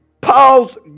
Paul's